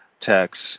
text